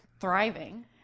thriving